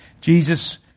Jesus